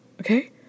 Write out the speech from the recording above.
okay